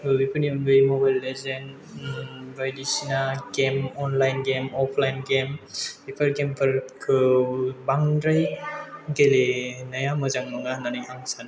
बेफोरनि अनगायै mobile legend बायदिसिना game online game offline game बेफोर गेमफोरखौ बांद्राय गेलेनाया मोजां नङा होनानै आं सानो